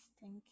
Thank